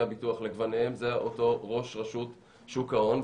הביטוח לגווניהם זה אותו ראש רשות שוק ההון,